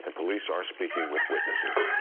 and police are speaking with witnesses.